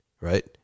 right